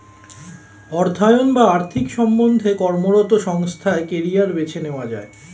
অর্থায়ন বা আর্থিক সম্বন্ধে কর্মরত সংস্থায় কেরিয়ার বেছে নেওয়া যায়